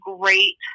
great